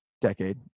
decade